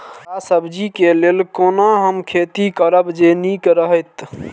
हरा सब्जी के लेल कोना हम खेती करब जे नीक रहैत?